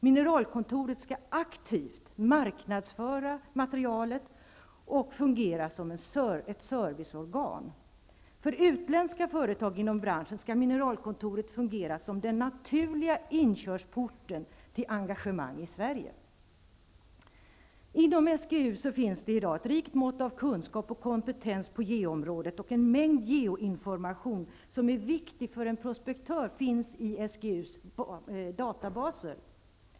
Mineralkontoret skall aktivt marknadsföra materialet och fungera som ett serviceorgan. För utländska företag inom branschen skall mineralkontoret fungera som den naturliga inkörsporten till engagemang i Sverige. Inom SGU finns i dag ett rikt mått av kunskap och kompetens på geoområdet, och en mängd geoinformation som är viktig för en prospektör finns i SGU:s databaser.